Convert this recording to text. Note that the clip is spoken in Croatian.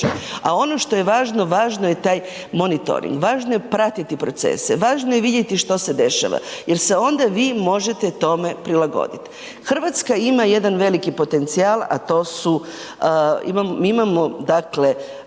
a ono što je važno, važno je taj monitoring, važno je pratiti procese, važno je vidjeti što se dešava jer se onda vi možete tome prilagodit. Hrvatska ima jedan veliki potencijal a to su, mi imamo dakle